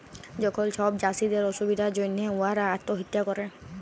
যখল ছব চাষীদের অসুবিধার জ্যনহে উয়ারা আত্যহত্যা ক্যরে